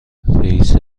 رئیس